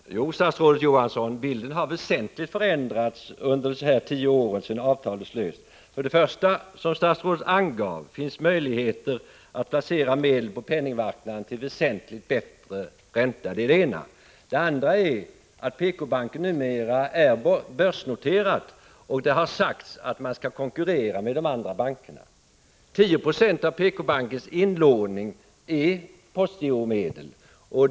Herr talman! Jo, statsrådet Johansson, bilden har väsentligt förändrats under de tio år som gått sedan avtalet slöts. För det första finns, som statsrådet angav, möjligheten att placera medel på penningmarknaden till väsentligt bättre ränta än då. För det andra är PK-banken numera ett börsnoterat företag, och det har sagts att man skall konkurrera med de andra bankerna. 10 96 av PK-bankens inlåning är postgiromedel.